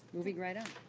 moving right on.